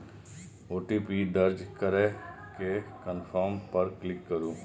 OTP दर्ज करै के कंफर्म पर क्लिक करू